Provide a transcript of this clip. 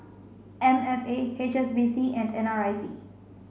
M F A H S B C and N R I C